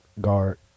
guard